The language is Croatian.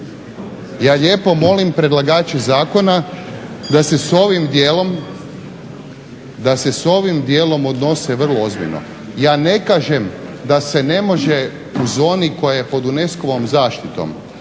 da se s ovim dijelom, da se s ovim dijelom odnose vrlo ozbiljno. Ja ne kažem da se ne može u zoni koja je pod UNESCO-vom zaštitom,